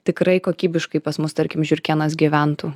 tikrai kokybiškai pas mus tarkim žiurkėnas gyventų